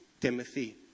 Timothy